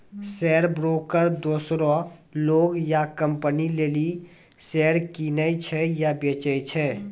share broker दोसरो लोग या कंपनी लेली शेयर किनै छै या बेचै छै